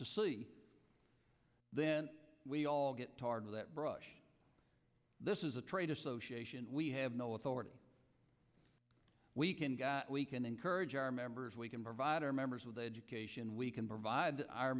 to see then we all get tarred with that brush this is a trade association we have no authority we can we can encourage our members we can provide our members with education we can provide our